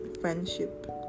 friendship